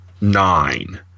nine